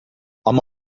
ama